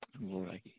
Lord